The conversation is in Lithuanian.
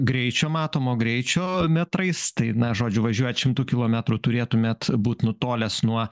greičio matomo greičio metrais tai na žodžiu važiuojat šimtu kilometrų turėtumėt būt nutolęs nuo